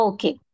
Okay